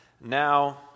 Now